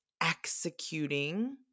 executing